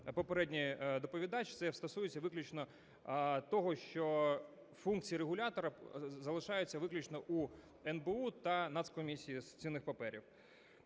попередній доповідач, це стосується виключно того, що функції регулятора залишаються виключно у НБУ та Нацкомісії з цінних паперів.